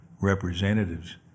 representatives